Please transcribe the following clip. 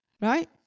right